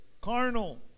carnal